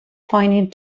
pointing